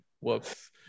Whoops